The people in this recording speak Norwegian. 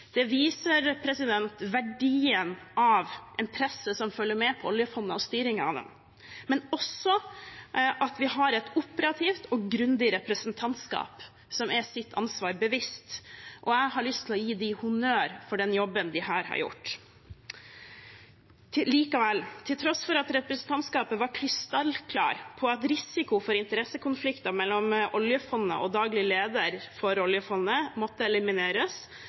Det viser verdien av en presse som følger med på oljefondet og styringen av det, men også at vi har et operativt og grundig representantskap som er seg sitt ansvar bevisst. Jeg har lyst til å gi dem honnør for den jobben de her har gjort. Likevel: Til tross for at representantskapet var krystallklare på at risiko for interessekonflikter mellom oljefondet og daglig leder for oljefondet måtte elimineres,